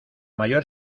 mayor